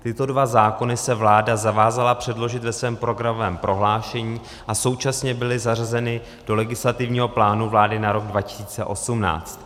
Tyto dva zákony se vláda zavázala předložit ve svém programovém prohlášení a současně byly zařazeny do legislativního plánu vlády na rok 2018.